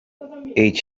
eet